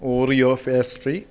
oreo pastry